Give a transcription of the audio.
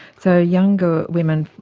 so younger women,